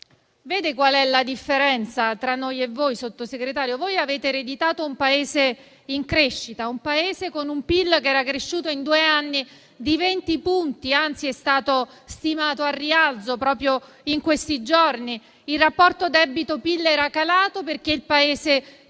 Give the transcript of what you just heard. Vede qual è la differenza tra noi e voi, Sottosegretario? Voi avete ereditato un Paese in crescita, un Paese con un PIL che era cresciuto in due anni di 20 punti, anzi è stato stimato al rialzo proprio in questi giorni; il rapporto debito-PIL era calato perché il Paese